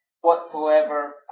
whatsoever